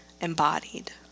embodied